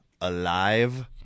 alive